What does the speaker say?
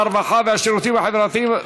הרווחה והשירותים החברתיים,